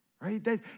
Right